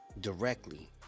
directly